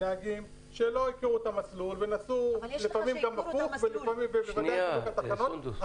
שלא הכירו את המסלול ונסעו לפעמים גם הפוך בוודאי לא עצרו בתחנות,